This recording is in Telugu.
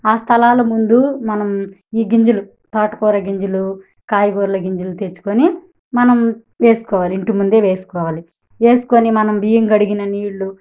ఆ స్థలాాల ముందు మనం ఈ గింజలు తోటకూర గింజలు కాయగూరల గింజలు తెచ్చుకొని మనం వేసుకోవాలి ఇంటి ముందే వేసుకోవాలి వేసుకొని మనం బియ్యం కడిగిన నీళ్ళు